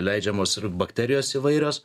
leidžiamos ir bakterijos įvairios